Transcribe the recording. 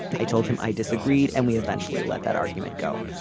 i told him i disagreed and we eventually let that argument go.